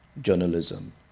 journalism